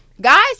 Guys